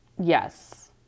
Yes